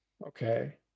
Okay